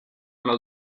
los